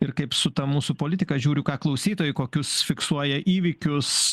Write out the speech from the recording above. ir kaip su ta mūsų politika žiūriu ką klausytojai kokius fiksuoja įvykius